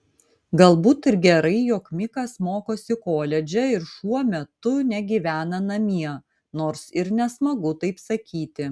galbūt ir gerai jog mikas mokosi koledže ir šuo metu negyvena namie nors ir nesmagu taip sakyti